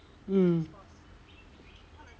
um